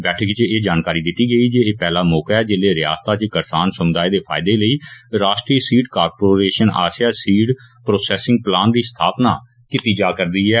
बैठक इच एह जानकारी दिती गेई ऐ एह पैहला मौका ऐ जिल्लै रियासता इच करसान समुदाय दे फायदे लेई राश्ट्रीय सीड कार्पोरेषन आस्सैआ सीड प्रोसैसिंग प्लान दी स्थापना कीती जा रदी ऐ